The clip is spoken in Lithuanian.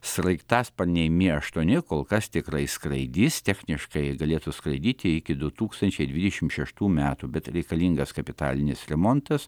sraigtasparniai mi aštuoni kol kas tikrai skraidys techniškai galėtų skraidyti iki du tūkstančiai dvidešim šeštų metų bet reikalingas kapitalinis remontas